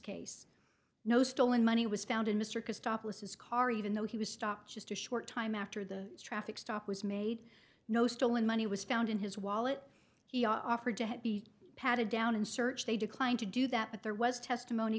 case no stolen money was found in mr kostopoulos his car even though he was stopped just a short time after the traffic stop was made no stolen money was found in his wallet he offered to be patted down and searched they declined to do that but there was testimony